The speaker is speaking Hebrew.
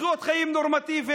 לחיות חיים נורמטיביים.